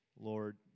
Lord